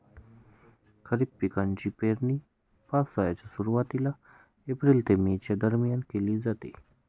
खरीप पिकांची पेरणी पावसाच्या सुरुवातीला एप्रिल ते मे च्या दरम्यान केली जाते